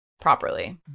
properly